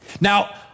Now